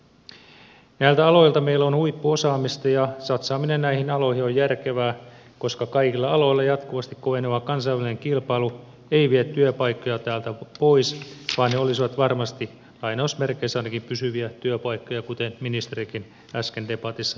näillä aloilla meillä on huippuosaamista ja satsaaminen näihin aloihin on järkevää koska kaikilla aloilla jatkuvasti koveneva kansainvälinen kilpailu ei vie näitä työpaikkoja täältä pois vaan ne olisivat varmasti ainakin lainausmerkeissä pysyviä työpaikkoja kuten ministerikin äsken debatissa totesi